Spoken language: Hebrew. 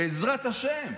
בעזרת השם,